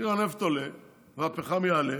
מחיר הנפט עולה והפחם יעלה,